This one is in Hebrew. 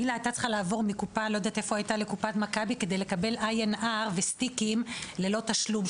בלהה היתה צריכה לעבור מקופה אחת למכבי כדי לקבל INR וסטיקים ללא תשלום.